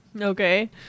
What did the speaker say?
okay